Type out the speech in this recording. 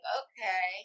okay